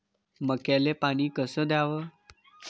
मक्याले पानी कस द्याव?